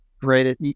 Great